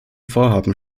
vorhaben